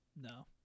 No